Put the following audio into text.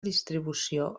distribució